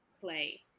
play